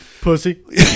Pussy